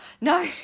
no